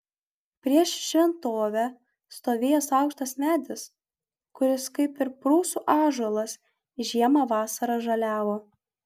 prieš šventovę stovėjęs aukštas medis kuris kaip ir prūsų ąžuolas žiemą vasarą žaliavo